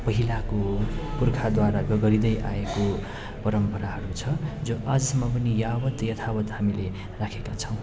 पहिलाको पुर्खाद्वारा गरिँदै आएको परम्पराहरू छ जो आजसम्म पनि यावत यथावत् हामीले राखेका छौँ